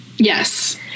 Yes